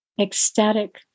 ecstatic